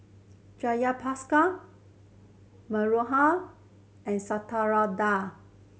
Jayaprakash Manohar and Satyendra